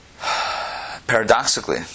paradoxically